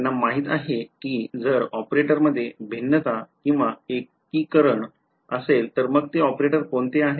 त्यांना माहित आहे की जर ऑपरेटरमध्ये भिन्नता किंवा एकीकरण असेल तर मग ते ऑपरेटर कोणते आहे